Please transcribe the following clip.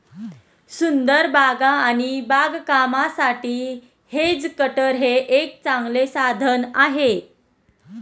सुंदर बागा आणि बागकामासाठी हेज कटर हे एक चांगले साधन आहे